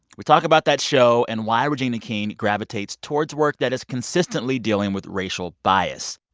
we talk about that show and why regina king gravitates towards work that is consistently dealing with racial bias.